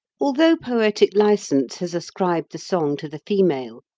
although poetic licence has ascribed the song to the female,